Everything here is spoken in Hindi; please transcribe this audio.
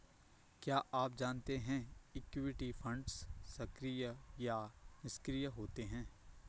क्या आप जानते है इक्विटी फंड्स सक्रिय या निष्क्रिय होते हैं?